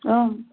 आम्